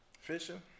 Fishing